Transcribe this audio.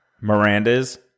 Miranda's